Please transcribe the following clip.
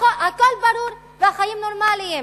הכול ברור והחיים נורמליים.